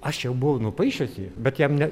aš jau buvau nupaišęs jį bet jam ne